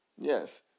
Yes